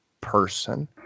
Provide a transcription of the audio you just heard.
person